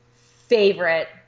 Favorite